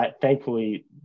thankfully